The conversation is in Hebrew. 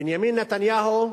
בנימין נתניהו,